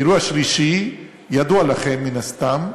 האירוע השלישי ידוע לכם, מן הסתם.